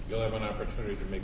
you'll have an opportunity to make